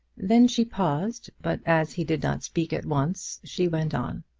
then she paused, but as he did not speak at once she went on.